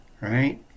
right